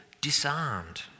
disarmed